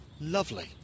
lovely